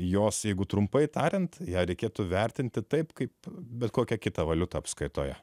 jos jeigu trumpai tariant ją reikėtų vertinti taip kaip bet kokia kita valiuta apskaitoje